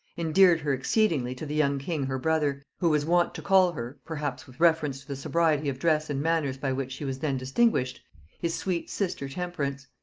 endeared her exceedingly to the young king her brother, who was wont to call her perhaps with reference to the sobriety of dress and manners by which she was then distinguished his sweet sister temperance.